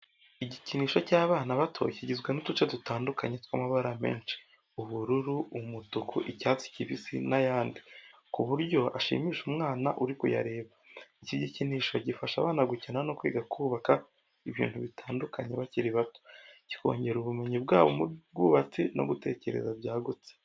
Igikinisho cy’abana bato kigizwe n’uduce dutandukanye tw’amabara menshi, ubururu, umutuku, icyatsi kibisi n'ayandi, ku buryo ashimisha umwana uri kuyareba. Iki gikinisho gifasha abana gukina no kwiga kubaka ibintu bitandukanye bakiri bato, kikongera ubumenyi bwabo mu bwubatsi no gutekereza byagutse.